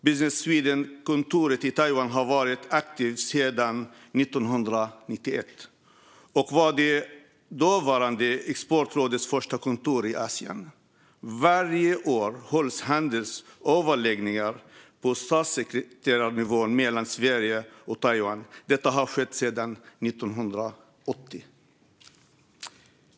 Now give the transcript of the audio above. Business Sweden-kontoret i Taiwan har varit aktivt sedan 1991, och det var det dåvarande Exportrådets första kontor i Asien. Varje år hålls handelsöverläggningar på statssekreterarnivå mellan Sverige och Taiwan. Detta har skett sedan 1980.